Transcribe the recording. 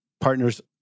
partners